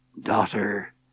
Daughter